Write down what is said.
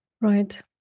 right